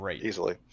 easily